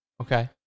Okay